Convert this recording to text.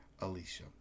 Alicia